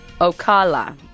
Ocala